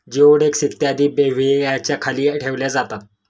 जिओडेक्स इत्यादी बेल्व्हियाच्या खाली ठेवल्या जातात